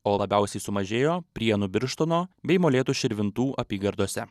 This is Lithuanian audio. o labiausiai sumažėjo prienų birštono bei molėtų širvintų apygardose